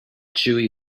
chewy